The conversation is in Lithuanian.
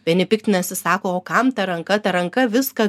vieni piktinasi sako o kam ta ranka ta ranka viską